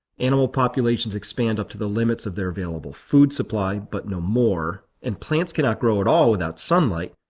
animal populations expand up to the limits of their available food supply, but no more, and plants cannot grow at all without sunlight,